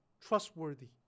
trustworthy